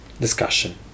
Discussion